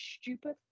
stupid